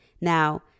Now